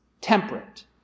temperate